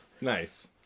Nice